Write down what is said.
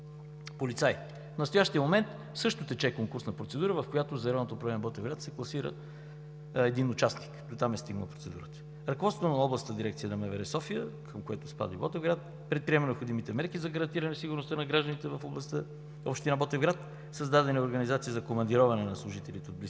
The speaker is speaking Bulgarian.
полицаи. В настоящия момент също тече конкурсна процедура, в която за Районното управление в Ботевград се класира един участник, и дотам е стигнала процедурата. Ръководството на Областната дирекция на МВР – София, към която спада и Ботевград, предприема необходимите мерки за гарантиране сигурността на гражданите в областта на община Ботевград. Създадена е и организация за командироване на служители от близките